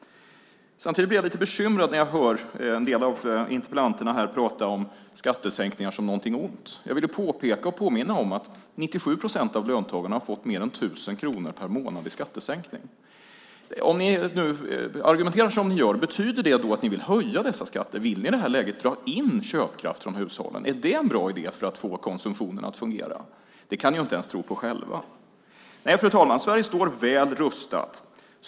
Samtidigt blir jag lite bekymrad när jag hör interpellanterna prata om skattesänkningar som någonting ont. Jag vill påminna om att 97 procent av löntagarna har fått mer än 1 000 kronor per månad i skattesänkning. Om man argumenterar som oppositionen gör undrar jag: Betyder det att ni vill höja dessa skatter? Vill ni i det här läget dra in köpkraft från hushållen? Är det en bra idé för att få konsumtionen att fungera? Det kan ni väl inte ens själva tro på. Fru talman! Sverige står väl rustat.